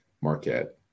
marquette